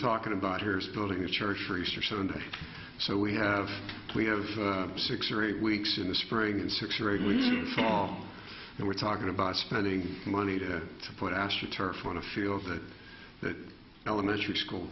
talking about here is building a church for easter sunday so we have we have six or eight weeks in the spring and six or eight we fall and we're talking about spending money to put astroturf on a field that that elementary school